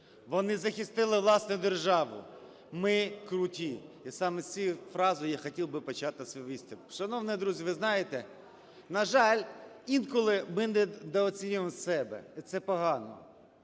вони захистили власну державу. Ми – круті. І саме з цієї фрази я хотів би почати свій виступ. Шановні друзі, ви знаєте, на жаль, інколи ми недооцінюємо себе і це погано.